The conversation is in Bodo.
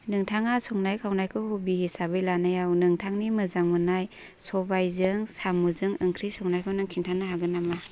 नोंथाङा संनाय खावनायखौ हबि हिसाबै लानायाव नोंथांनि मोजां मोन्नाय सबाइजों साम'जों ओंख्रि संनायखौ नों खिनथानो हागोन नामा